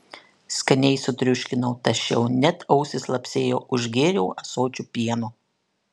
skaniai sutriuškinau tašiau net ausys lapsėjo užgėriau ąsočiu pieno